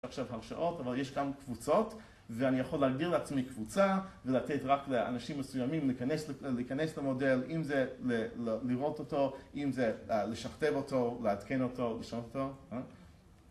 עכשיו הרשאות, אבל יש גם קבוצות, ואני יכול להגדיר לעצמי קבוצה, ולתת רק לאנשים מסוימים להיכנס, להיכנס למודל, אם זה לראות אותו, אם זה לשכתב אותו, לעדכן אותו, לשנות אותו.